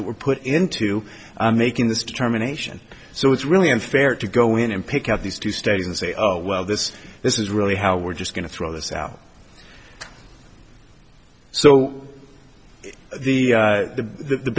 that were put into making this determination so it's really unfair to go in and pick out these two studies and say oh well this this is really how we're just going to throw this out so the